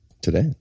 today